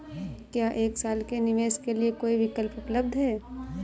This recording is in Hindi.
क्या एक साल के निवेश के लिए कोई विकल्प उपलब्ध है?